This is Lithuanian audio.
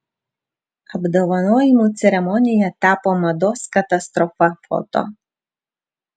apdovanojimų ceremonija tapo mados katastrofa foto